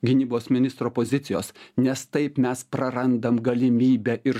gynybos ministro pozicijos nes taip mes prarandam galimybę ir